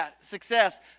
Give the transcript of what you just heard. success